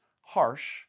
harsh